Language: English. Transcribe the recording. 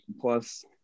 plus